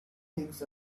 things